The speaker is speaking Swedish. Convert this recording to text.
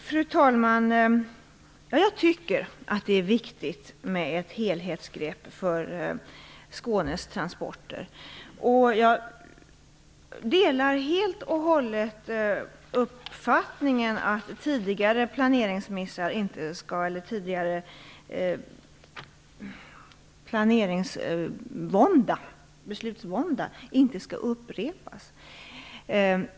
Fru talman! Jag tycker att det är viktigt med ett helhetsgrepp för Skånes transporter. Jag delar helt och hållet uppfattningen att tidigare planerings och beslutsvånda inte skall upprepas.